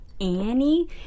Annie